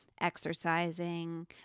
exercising